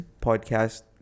podcast